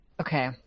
Okay